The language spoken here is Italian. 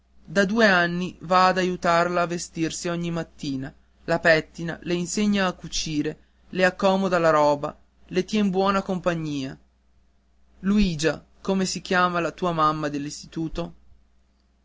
da due anni va a aiutarla a vestirsi ogni mattina la pettina le insegna a cucire le accomoda la roba le tien buona compagnia luigia come si chiama la tua mamma